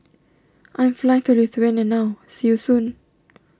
I am flying to Lithuania now see you soon